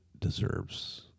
deserves